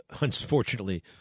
unfortunately